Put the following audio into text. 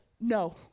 No